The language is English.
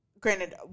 granted